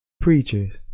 preachers